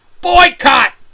Boycott